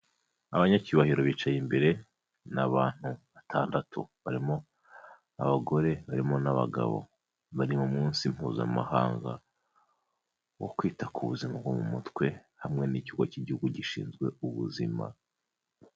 Abanyacyubahiro bicaye imbere ni abantu batandatu, barimo abagore, barimo n'abagabo, bari m' Umunsi Mpuzamahanga wo kwita ku Buzima bwo mu Mutwe, hamwe n'ikigo cy'igihugu gishinzwe ubuzima.